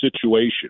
situation